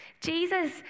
Jesus